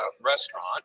restaurant